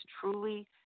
truly